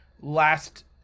last